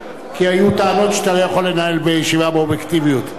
כי היו טענות שאינך יכול לנהל ישיבה באובייקטיביות.